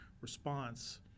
response